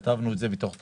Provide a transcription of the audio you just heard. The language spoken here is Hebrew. כתבנו את זה בתוך התכנית.